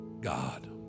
God